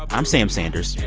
i'm sam sanders.